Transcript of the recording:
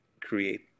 create